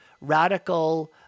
radical